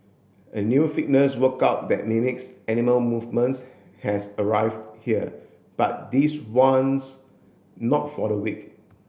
a new fitness workout that mimics animal movements has arrived here but this one's not for the weak